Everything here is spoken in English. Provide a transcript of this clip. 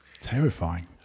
terrifying